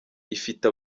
ifite